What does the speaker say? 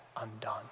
undone